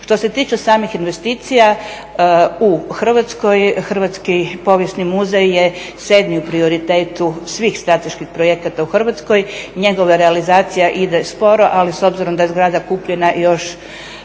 Što se tiče samih investicija, u Hrvatskoj, Hrvatski povijesni muzej je 7. u prioritetu svih strateških projekata u Hrvatskoj. Njegova realizacija ide sporo, ali s obzirom da je zgrada kupljena još